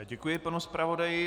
Děkuji panu zpravodaji.